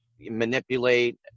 manipulate